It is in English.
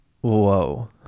Whoa